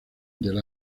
del